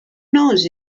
knows